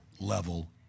level